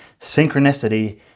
synchronicity